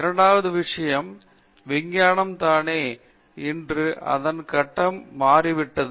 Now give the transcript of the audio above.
இரண்டாவது விஷயம் விஞ்ஞானம் தானே இன்று அதன் கட்டம் மாறிவிட்டது